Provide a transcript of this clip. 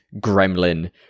gremlin